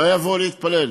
לא יבואו להתפלל,